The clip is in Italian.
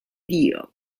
dio